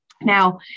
Now